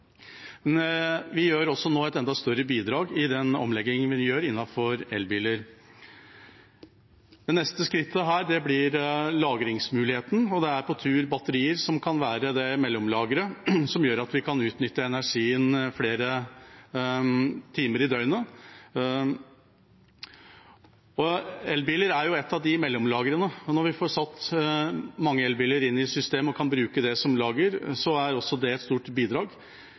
Men vi gir nå et enda større bidrag i omleggingen vi foretar innenfor elbiler. Det neste skrittet blir lagringsmuligheten, og det er på vei batterier som kan være det mellomlageret som gjør at vi kan utnytte energien flere timer i døgnet. Elbiler er et av disse mellomlagrene. Når vi får satt mange elbiler inn i system og kan bruke dem som lager, er også det et stort bidrag.